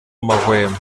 amahwemo